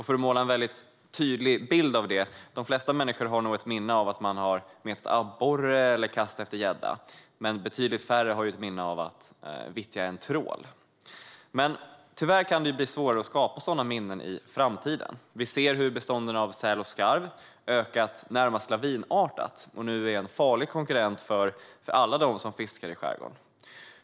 För att måla en väldigt tydlig bild av detta: De flesta människor har nog ett minne av att ha metat abborre eller kastat efter gädda, men betydligt färre har ett minne av att vittja en trål. Tyvärr kan det dock bli svårare att skapa dessa minnen i framtiden. Vi ser hur bestånden av säl och skarv har ökat närmast lavinartat och nu är en farlig konkurrent för alla dem som fiskar i skärgården.